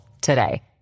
today